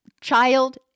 child